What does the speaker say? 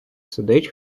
сидить